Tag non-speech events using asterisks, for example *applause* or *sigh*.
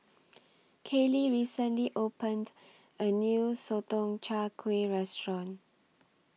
*noise* Kayley recently opened A New Sotong Char Kway Restaurant